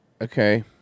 Okay